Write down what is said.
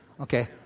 Okay